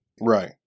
right